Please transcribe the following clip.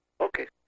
Okay